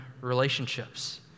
relationships